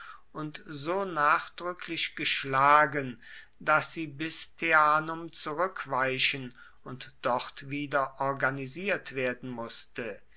und so nachdrücklich geschlagen daß sie bis teanum zurückweichen und dort wieder organisiert werden mußte